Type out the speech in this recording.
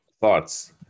thoughts